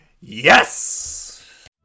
Yes